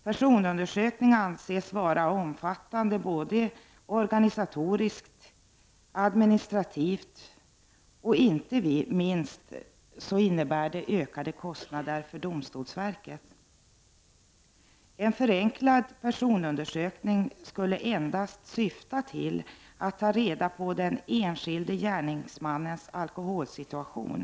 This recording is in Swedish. Personundersökning anses vara omfattande både organisatoriskt och administrativt. Inte minst innebär det en ökning av kostnaderna för domstolsverket. En förenklad personundersökning skulle endast syfta till att ta reda på den enskilde gärningsmannens alkoholsituation.